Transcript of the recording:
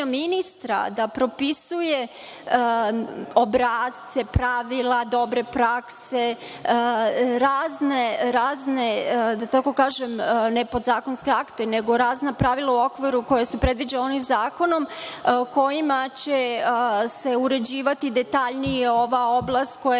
da propisuje obrasce, pravila, dobre prakse, razne, da tako kažem, ne podzakonske akte, nego razna pravila koja su predviđena zakonom, kojima će se uređivati detaljnije ova oblast koja